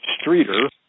Streeter